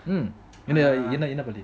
mmhmm என்ன என்ன படிக்கச்:enna enna padika